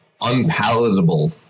unpalatable